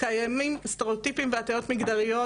קיימים סטריאוטיפים והטיות מגדריות,